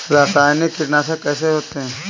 रासायनिक कीटनाशक कैसे होते हैं?